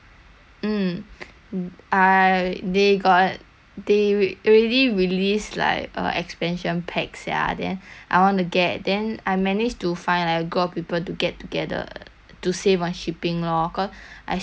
I they got they re~ already released like uh expansion pack sia then I want to get then I managed to find like a group of people to get together to save on shipping lor cause I still got some discount code